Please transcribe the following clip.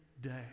day